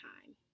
time